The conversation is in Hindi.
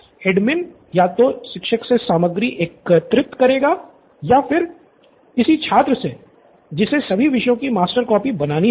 एडमिन या तो शिक्षक से सामग्री एकत्र करेगा या फिर छात्र से जिसे सभी विषयों की मास्टर कॉपी बनानी होगी